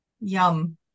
yum